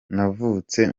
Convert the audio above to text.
navutse